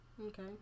okay